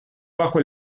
bajo